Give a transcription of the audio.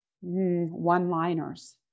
one-liners